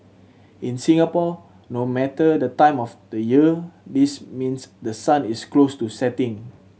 in Singapore no matter the time of the year this means the sun is close to setting